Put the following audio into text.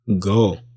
go